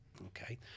okay